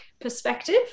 perspective